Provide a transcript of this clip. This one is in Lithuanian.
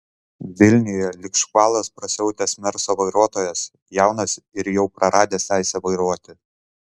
vilniuje lyg škvalas prasiautęs merso vairuotojas jaunas ir jau praradęs teisę vairuoti